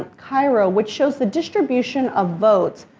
cairo, which shows the distribution of votes.